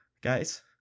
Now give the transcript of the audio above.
Guys